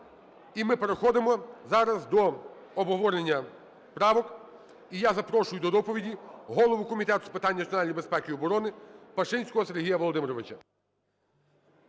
і ми переходимо зараз до обговорення правок. І я запрошую до доповіді голову Комітету з питань національної безпеки і оборони Пашинського Сергія Володимировича.